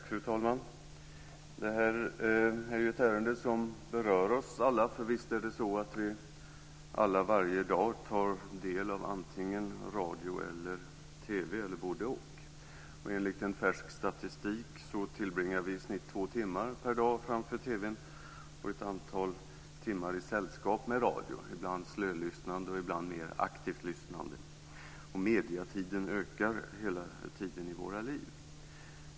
Fru talman! Detta är ett ärende som berör oss alla, för visst är det så att vi alla varje dag tar del av antingen radio eller TV eller både-och. Enligt en färsk statistik tillbringar vi i snitt två timmar per dag framför TV:n och ett antal timmar i sällskap med radion, ibland slölyssnande och ibland mer aktivt lyssnande. Medietiden ökar hela tiden i våra liv.